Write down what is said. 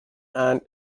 and